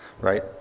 right